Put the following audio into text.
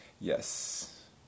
Yes